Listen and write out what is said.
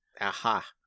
aha